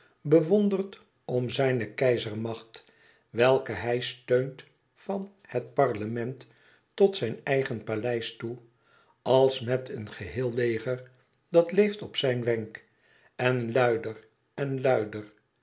bewondert om zijne keizermacht welke hij steunt van het parlement tot zijn eigen paleis toe als met een geheel leger dat leeft op zijn wenk en luider en luider